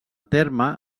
terme